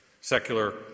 secular